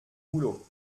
boulot